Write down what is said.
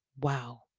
Wow